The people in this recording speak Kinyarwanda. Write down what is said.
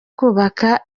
kubaka